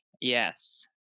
Yes